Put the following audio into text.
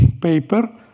paper